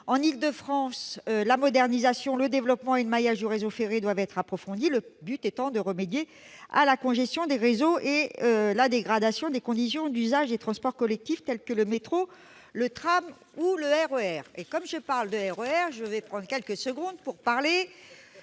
En Île-de-France, la modernisation, le développement et le maillage du réseau ferré doivent être approfondis, le but étant de remédier à la congestion des réseaux et à la dégradation des conditions d'usage des transports collectifs, tels que le métro, le tram ou le RER. À ce propos, je vais prendre quelques secondes pour parler